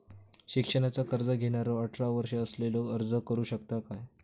शिक्षणाचा कर्ज घेणारो अठरा वर्ष असलेलो अर्ज करू शकता काय?